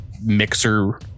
Mixer